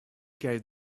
gave